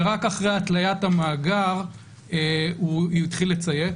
ורק אחרי התליית המאגר הוא התחיל לציית.